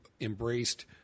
embraced –